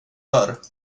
hör